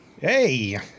Hey